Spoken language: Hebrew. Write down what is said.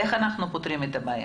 איך אנחנו פותרים את הבעיה?